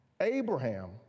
Abraham